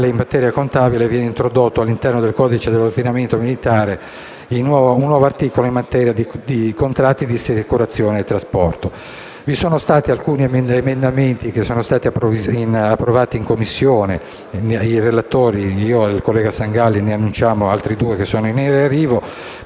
In materia contabile viene introdotto, all'interno del codice dell'ordinamento militare, un nuovo articolo in materia di contratti di assicurazione e trasporto. Vi sono stati alcuni emendamenti approvati in Commissione. Io e il collega Sangalli, in qualità di relatori,